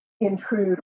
intrude